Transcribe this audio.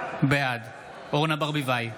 בעד אורנה ברביבאי,